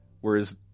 Whereas